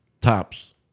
tops